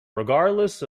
regardless